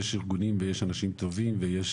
יש ארגונים ויש אנשים טובים, ויש